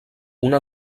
una